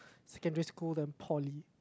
secondary school then poly